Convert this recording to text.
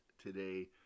today